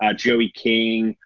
ah joey king,